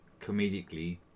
comedically